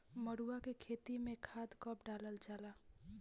मरुआ के खेती में खाद कब डालल जाला?